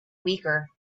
weaker